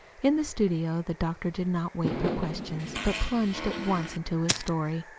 in the studio the doctor did not wait for questions, but plunged at once into his story.